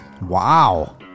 Wow